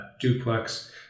Duplex